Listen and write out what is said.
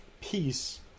peace